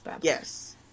yes